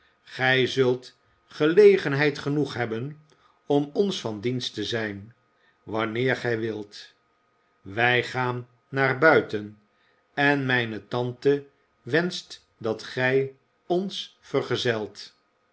zult gelegenheid genoeg hebben om ons van dienst te zijn wanneer gij wilt wij gaan naar buiten en mijne tante wenscht dat gij ons vergezelt